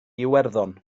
iwerddon